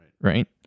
Right